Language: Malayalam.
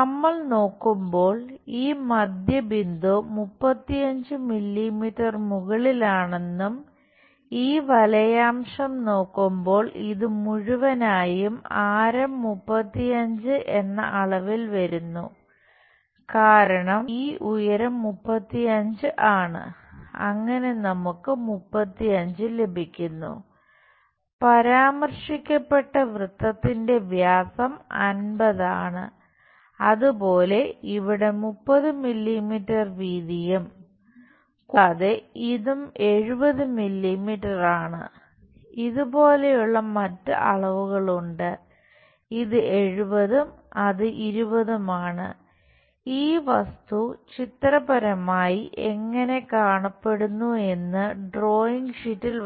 നമ്മൾ നോക്കുമ്പോൾ ഈ മധ്യബിന്ദു 35 മില്ലീമീറ്റർ മുകളിലാണെന്നും ഈ വലയാംശം നോക്കുമ്പോൾ ഇത് മുഴുവനായും ആരം 35